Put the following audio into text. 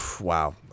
Wow